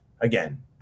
again